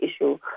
issue